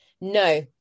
no